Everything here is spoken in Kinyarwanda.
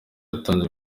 yatanze